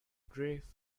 grief